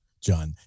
John